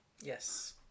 Yes